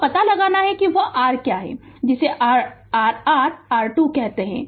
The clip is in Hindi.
अब पता लगाना है कि वह r क्या है जिसे R r R2 कहते हैं